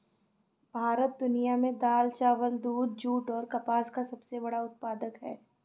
भारत दुनिया में दाल, चावल, दूध, जूट और कपास का सबसे बड़ा उत्पादक है